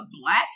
black